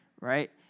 Right